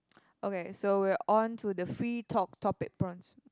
okay so we are on to the free talk topic points